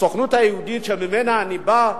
הסוכנות היהודית שממנה אני בא,